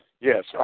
Yes